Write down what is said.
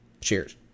Cheers